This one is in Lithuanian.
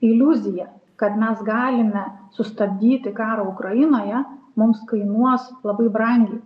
iliuzija kad mes galime sustabdyti karą ukrainoje mums kainuos labai brangiai